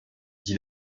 dit